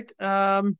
right